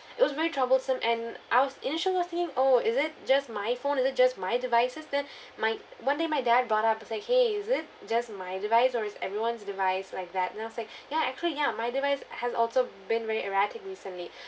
it was very troublesome and I was initially was thinking oh is it just my phone it is just my devices then my one day my dad brought up he's like !hey! is it just my device or is everyone's device like that then I was like ya actually ya my device has also been very erratic recently